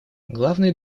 главный